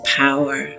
power